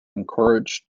encouraged